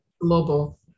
global